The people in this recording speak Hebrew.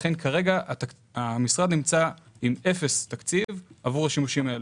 לכן כרגע המשרד נמצא עם 0 תקציב עבור השימושים האלה.